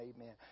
Amen